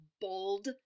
bold